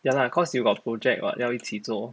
ya lah cause you got project what 要一起做